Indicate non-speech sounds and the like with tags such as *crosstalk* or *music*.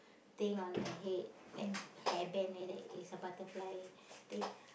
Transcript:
thing on the head *noise* like hairband like that is a butterfly think